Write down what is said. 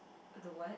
the what